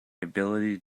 ability